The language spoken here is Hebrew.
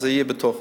אז זה יהיה בפנים.